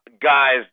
guys